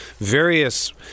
various